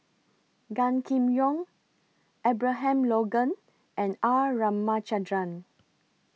Gan Kim Yong Abraham Logan and R Ramachandran